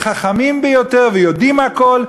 החכמים ביותר ויודעים הכול,